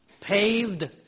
paved